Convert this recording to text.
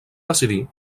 decidir